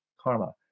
karma